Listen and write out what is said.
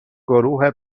گروه